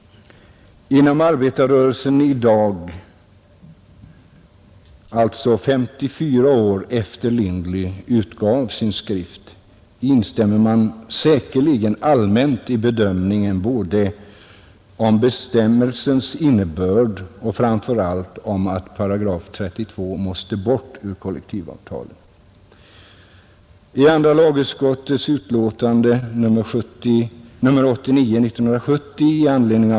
Inom arbetarrörelsen i dag, 54 år efter det att Lindley utgav sin skrift, instämmer man säkerligen allmänt i bedömningarna både om bestämmelsens innebörd och framför allt om att § 32 måste bort ur kollektivavtalen.